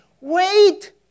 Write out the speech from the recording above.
Wait